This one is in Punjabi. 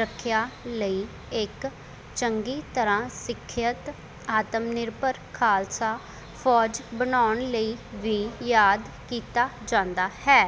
ਰੱਖਿਆ ਲਈ ਇੱਕ ਚੰਗੀ ਤਰ੍ਹਾਂ ਸਿੱਖਿਅਤ ਆਤਮਨਿਰਭਰ ਖਾਲਸਾ ਫੌਜ ਬਣਾਉਣ ਲਈ ਵੀ ਯਾਦ ਕੀਤਾ ਜਾਂਦਾ ਹੈ